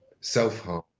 self-harm